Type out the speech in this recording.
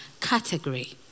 category